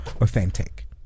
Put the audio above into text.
authentic